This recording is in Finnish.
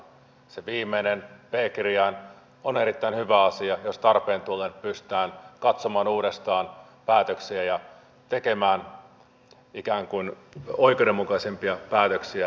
se viimeinen p kirjain on erittäin hyvä asia jos tarpeen tullen pystytään katsomaan uudestaan päätöksiä ja tekemään ikään kuin oikeudenmukaisempia päätöksiä